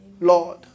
Lord